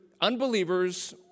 unbelievers